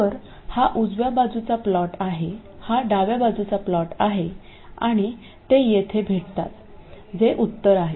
तर हा उजव्या बाजूचा प्लॉट आहे हा डाव्या बाजूचा प्लॉट आहे आणि ते येथे भेटतात जे उत्तर आहे